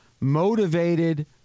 motivated